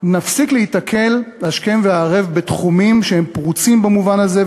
נפסיק להיתקל השכם והערב בתחומים שהם פרוצים במובן הזה,